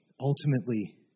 Ultimately